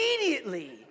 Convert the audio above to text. immediately